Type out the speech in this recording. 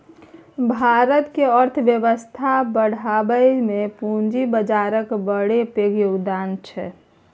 भारतक अर्थबेबस्था बढ़ाबइ मे पूंजी बजारक बड़ पैघ योगदान छै